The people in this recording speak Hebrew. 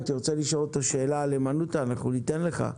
אם תרצה לשאול אותו שאלה על הימנותא אנחנו ניתן לך.